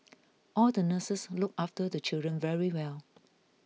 all the nurses look after the children very well